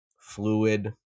fluid